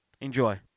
enjoy